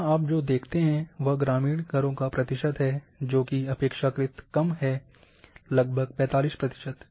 यहाँ आप जो देखते हैं वह ग्रामीण घरों का प्रतिशत है जोकि अपेक्षाकृत कम है लगभग 45 प्रतिशत